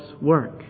work